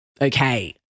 Okay